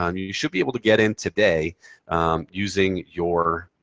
um you should be able to get in today using your